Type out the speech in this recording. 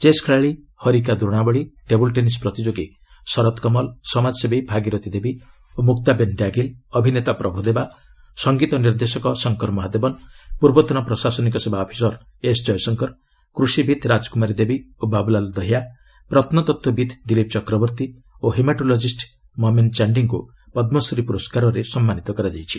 chess ଖେଳାଳି Harika Dronavalli table tennis ପ୍ରତିଯୋଗୀ ଶରତ କମଲ୍ ସମାଜସେବୀ ଭାଗିରତୀ ଦେବୀ ଓ ମୁକ୍ତାବେନ୍ ଡାଗିଲ୍ ଅଭିନେତା ପ୍ରଭୁଦେବା ସଙ୍ଗୀତ ନିର୍ଦ୍ଦେଶକ ଶଙ୍କର ମହାଦେବନ୍ ପୂର୍ବତନ ପ୍ରଶାସନିକ ସେବା ଅଫିସର୍ ଏସ୍ ଜୟଶଙ୍କର କୃଷିବିତ୍ ରାଜକୁମାରୀ ଦେବୀ ଓ ବାବୁଲାଲ୍ ଦହିୟା ପ୍ରତ୍ନତତ୍ତ୍ୱବିତ୍ ଦିଲୀପ୍ ଚକ୍ରବର୍ତ୍ତୀ ଓ ହେମାଟୋଲକିଷ୍ଟ ମମେନ୍ ଚାଣ୍ଡିଙ୍କୁ ପଦ୍ମଶ୍ରୀ ପୁରସ୍କାରରେ ସମ୍ମାନିତ କରାଯାଇଛି